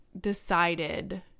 decided